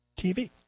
TV